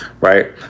right